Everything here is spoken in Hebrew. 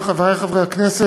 כבוד השר, חברי חברי הכנסת,